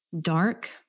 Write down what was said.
dark